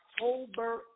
October